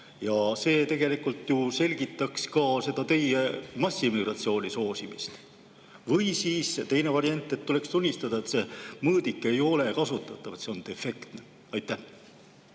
vastu? See ju selgitaks ka seda teie massiimmigratsiooni soosimist. Teine variant on, et tuleks tunnistada, et see mõõdik ei ole kasutatav, et see on defektne. Aitäh,